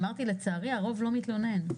אמרתי שלצערי הרוב לא מתלונן.